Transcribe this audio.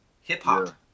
Hip-hop